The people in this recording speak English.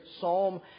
Psalm